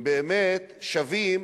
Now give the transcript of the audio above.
אם באמת הם שווים